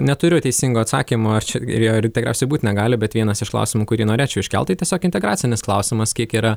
neturiu teisingo atsakymo ar čia ir ar tikriausiai būt negali bet vienas iš klausimų kurį norėčiau iškelt tai tiesiog integracinis klausimas kiek yra